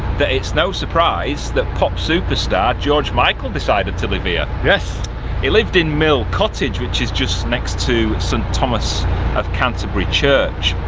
that it's no surprise that pop superstar george michael decided to live here. he lived in mill cottage which is just next to st thomas of canterbury church,